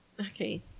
Okay